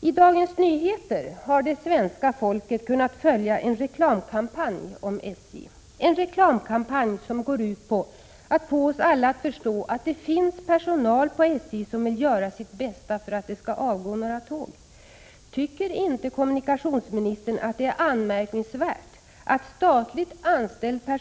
I Dagens Nyheter har det svenska folket kunnat följa en reklamkampanj om SJ, en reklamkampanj som går ut på att få oss alla att förstå att det finns personal på SJ som vill göra sitt bästa för att det skall avgå några tåg. Tycker inte kommunikationsministern att det är anmärkningsvärt att statligt anställda